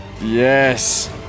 Yes